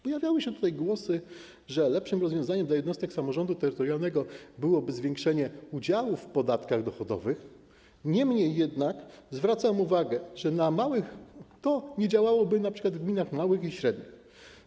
Pojawiały się tutaj głosy, że lepszym rozwiązaniem dla jednostek samorządu terytorialnego byłoby zwiększenie udziałów w podatkach dochodowych, niemniej jednak zwracam uwagę, że to nie działałoby np. w małych i średnich gminach.